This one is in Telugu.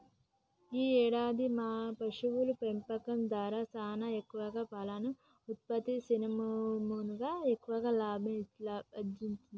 ఈ ఏడాది మన పశువుల పెంపకం దారా సానా ఎక్కువ పాలను ఉత్పత్తి సేసినాముమనకి ఎక్కువ లాభం అచ్చింది